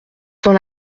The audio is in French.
dans